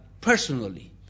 personally